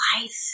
life